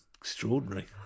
extraordinary